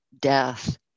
death